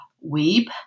weep